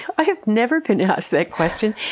i have never been asked that question,